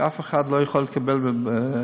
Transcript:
שאף אחד לא יכול להתקבל בבתי-אבות,